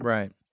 Right